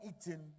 eaten